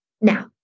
Now